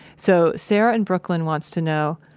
so, sara in brooklyn wants to know,